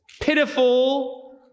pitiful